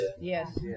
Yes